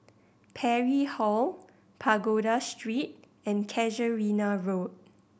Parry Hall Pagoda Street and Casuarina Road